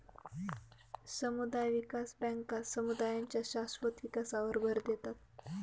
समुदाय विकास बँका समुदायांच्या शाश्वत विकासावर भर देतात